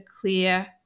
clear